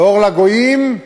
ואור לגויים,